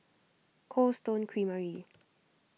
Cold Stone Creamery